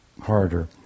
harder